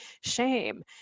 shame